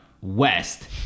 West